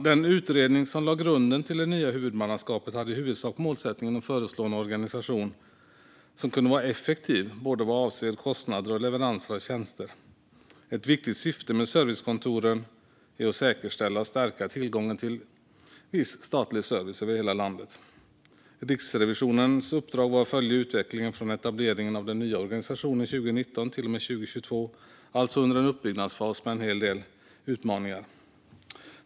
Den utredning som lade grunden till det nya huvudmannaskapet hade i huvudsak målet att föreslå en organisation som kunde vara effektiv vad avser både kostnader och leveranser av tjänster. Ett viktigt syfte med servicekontoren är att säkerställa och stärka tillgången till viss statlig service över hela landet. Riksrevisionens uppdrag var att följa utvecklingen från etableringen av den nya organisationen 2019 till och med 2022; alltså under en uppbyggnadsfas med en hel del utmaningar.